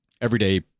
everyday